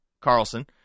Carlson